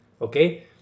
okay